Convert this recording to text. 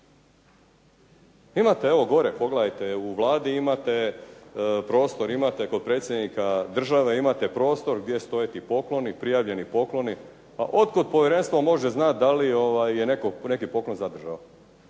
Imate evo gore, pogledajte u Vladi imate prostor, imate kod predsjednika države imate prostor gdje su to neki pokloni, prijavljeni pokloni. A od kuda povjerenstvo može znati da li je neki poklon zadržao.